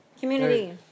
Community